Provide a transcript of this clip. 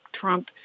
Trump